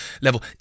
level